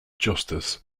justice